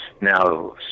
Now